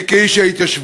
אני, כאיש ההתיישבות